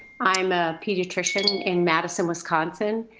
i'm a pediatrician in madison, wisconsin,